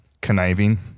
conniving